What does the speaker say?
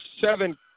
seven